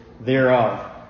thereof